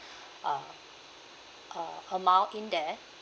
uh uh amount in there